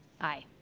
Aye